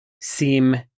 seem